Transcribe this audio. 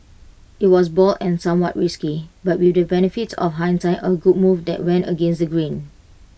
IT was bold and somewhat risky but with the benefit of hindsight A good move that went against the grain